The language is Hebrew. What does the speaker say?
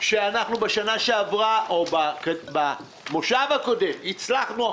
שאנחנו במושב הקודם הצלחנו,